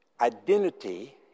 identity